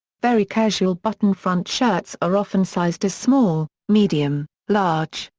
very casual button-front shirts are often sized as small, medium, large,